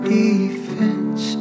defense